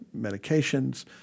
medications